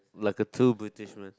like a two British man